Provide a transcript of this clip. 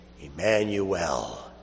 Emmanuel